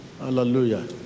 hallelujah